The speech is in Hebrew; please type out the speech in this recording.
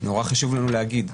נורא חשוב לנו להגיד,